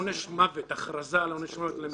עונש המוות, הכרזה על עונש מוות למחבלים,